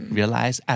Realize